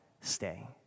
stay